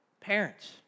Parents